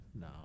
No